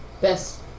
best